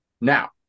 Now